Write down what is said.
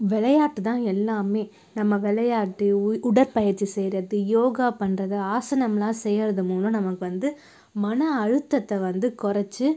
விளையாட்டு தான் எல்லாமே நம்ம விளையாட்டு உடற்பயிற்சி செய்கிறது யோகா பண்ணுறது ஆசனம்லாம் செய்கிறது மூலம் நமக்கு வந்து மனஅழுத்தத்தை வந்து கொறைச்சு